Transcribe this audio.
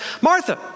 Martha